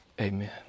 Amen